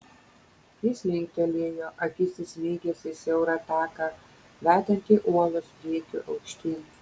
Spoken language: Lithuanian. jis linktelėjo akis įsmeigęs į siaurą taką vedantį uolos priekiu aukštyn